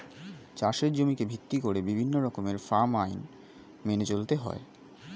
চাষের জমিকে ভিত্তি করে বিভিন্ন রকমের ফার্ম আইন মেনে চলতে হয়